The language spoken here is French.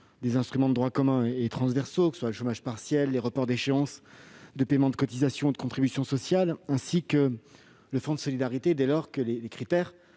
des instruments de droit commun et transversaux, que ce soit le chômage partiel, les reports d'échéances de paiement de cotisations et de contributions sociales, ainsi que le fonds de solidarité, dès lors que les critères,